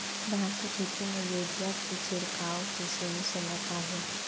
धान के खेती मा यूरिया के छिड़काओ के सही समय का हे?